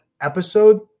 episode